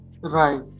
Right